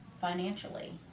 financially